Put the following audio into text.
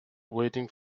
waiting